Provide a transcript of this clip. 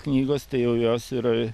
knygos tai jau jos yra